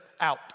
out